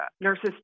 Nurses